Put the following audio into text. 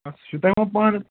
اَتھ سُہ تھاوٕ بہٕ پانہٕ